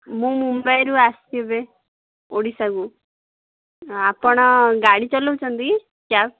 ମୁଁ ମୁମ୍ବାଇରୁ ଆସିବି ଓଡ଼ିଶାକୁ ଆପଣ ଗାଡ଼ି ଚଲଉଛନ୍ତି କ୍ୟାବ୍